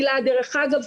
אגב,